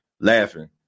Laughing